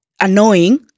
annoying